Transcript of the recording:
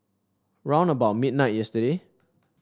round about midnight yesterday